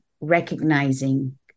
recognizing